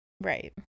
Right